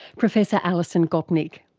professor alison gopnik.